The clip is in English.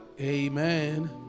Amen